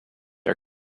are